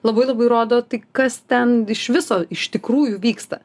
labai labai rodo tai kas ten iš viso iš tikrųjų vyksta